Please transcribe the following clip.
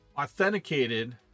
authenticated